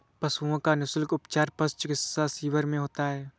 पशुओं का निःशुल्क उपचार पशु चिकित्सा शिविर में होता है